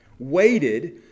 waited